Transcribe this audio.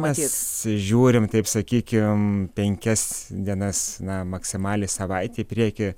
mes žiūrim taip sakykim penkias dienas na maksimaliai savaitę į priekį